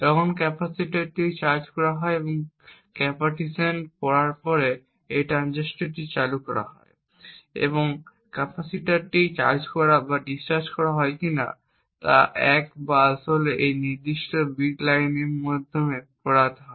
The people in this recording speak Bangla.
তখন ক্যাপাসিটরটি চার্জ করা হয় এবং ক্যাপাসিট্যান্স পড়ার জন্য এই ট্রানজিস্টরটি চালু করা হয় এবং ক্যাপাসিটরটি চার্জ করা বা ডিসচার্জ করা হয় কিনা তা 1 বা 0 আসলে এই নির্দিষ্ট বিট লাইনের মাধ্যমে পড়া হয়